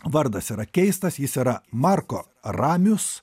vardas yra keistas jis yra marko ramius